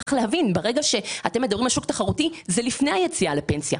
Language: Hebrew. אתם מדברים על שוק תחרותי אבל זה לפני היציאה לפנסיה.